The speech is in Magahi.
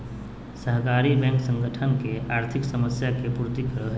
सहकारी बैंक संगठन के आर्थिक समस्या के पूर्ति करो हइ